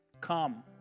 Come